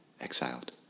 exiled